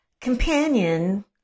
companion